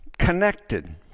connected